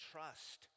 Trust